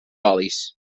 olis